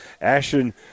Ashton